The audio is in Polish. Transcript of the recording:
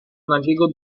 nagiego